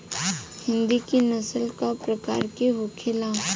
हिंदी की नस्ल का प्रकार के होखे ला?